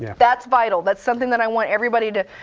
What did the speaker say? yeah that's vital, that's something that i want everybody to,